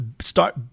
start